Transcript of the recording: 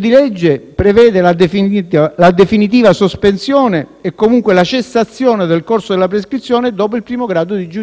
discussione prevede la definitiva sospensione e comunque la cessazione del corso della prescrizione dopo il primo grado di giudizio.